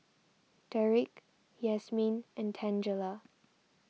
Deric Yasmeen and Tangela